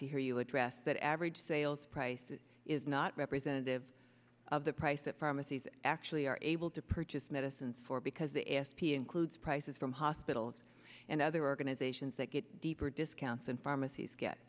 to hear you address that average sales price is not representative of the price that pharmacies actually are able to purchase medicine for because the f p includes prices from hospitals and other organizations that get deeper discounts and pharmacies get